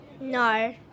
No